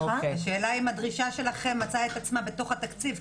השאלה היא האם הדרישה שלכם מצאה עצמה בתוך התקציב,